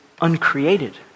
uncreated